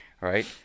right